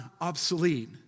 obsolete